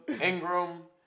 Ingram